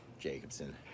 Jacobson